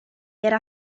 era